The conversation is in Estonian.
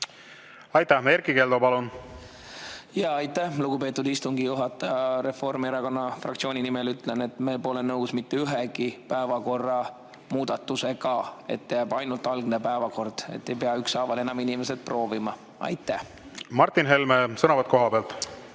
Martin Helme, sõnavõtt kohapealt.